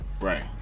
Right